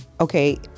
okay